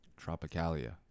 tropicalia